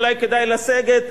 אולי כדאי לסגת.